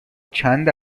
چند